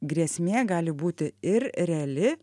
grėsmė gali būti ir reali